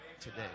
today